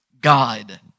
God